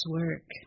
work